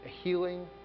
healing